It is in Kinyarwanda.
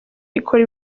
ikora